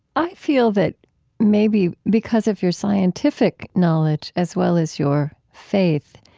i feel that maybe because of your scientific knowledge as well as your faith,